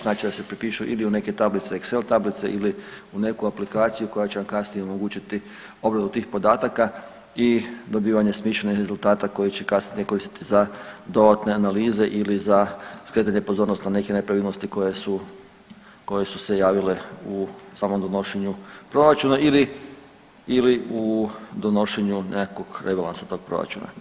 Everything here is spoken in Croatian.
Znači da se prepišu ili neke tablice excel tablice ili u neku aplikaciju koja će vam kasnije omogućiti obradu tih podataka i dobivanje smišljenih rezultata koji će kasnije koristiti za dodatne analize ili za skretanje pozornosti na neke nepravilnosti koje su, koje su se javile u samom donošenju proračuna ili, ili u donošenju nekakvog rebalansa tog proračuna.